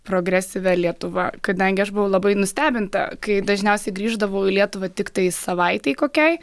progresyvia lietuva kadangi aš buvau labai nustebinta kai dažniausiai grįždavau į lietuvą tiktai savaitei kokiai